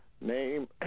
name